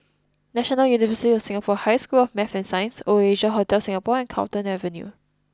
National University of Singapore High School of Math and Science Oasia Hotel Singapore and Carlton Avenue